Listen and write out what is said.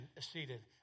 seated